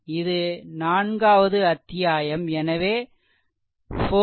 இது நான்காவது அத்தியாயம் எனவே 4